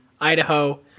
Idaho